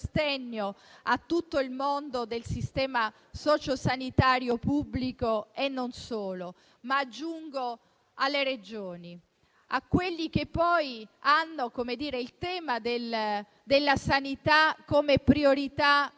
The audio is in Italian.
a tutto il mondo del sistema sociosanitario, pubblico e non solo, e anche alle Regioni, che hanno il tema della sanità come priorità